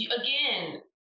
again